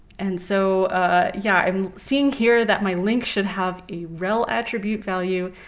and so ah yeah i'm seeing here that my link should have a rel attribute value,